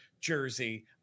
jersey